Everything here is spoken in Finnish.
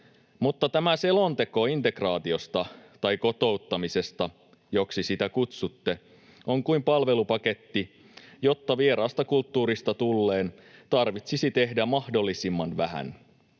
Mutta tämä selonteko integraatiosta — tai kotouttamisesta, joksi sitä kutsutte — on kuin palvelupaketti, jotta vieraasta kulttuurista tulleen tarvitsisi tehdä mahdollisimman vähän.